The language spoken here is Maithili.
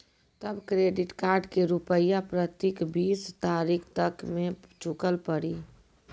तब क्रेडिट कार्ड के रूपिया प्रतीक बीस तारीख तक मे चुकल पड़ी?